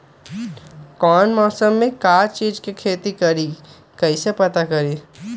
कौन मौसम में का चीज़ के खेती करी कईसे पता करी?